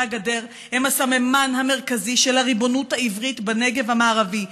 הגדר הם הסממן המרכזי של הריבונות העברית בנגב המערבי.